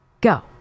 Go